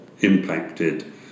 impacted